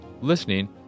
listening